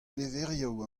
levrioù